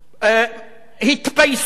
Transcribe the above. שההתפייסות לא תהיה מדיניות.